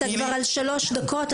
אתה כבר על שלוש דקות.